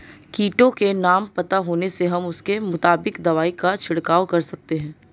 कीटों के नाम पता होने से हम उसके मुताबिक दवाई का छिड़काव कर सकते हैं